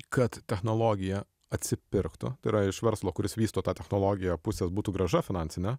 kad technologija atsipirktų tai yra iš verslo kuris vysto tą technologiją pusės būtų grąža finansinė